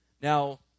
Now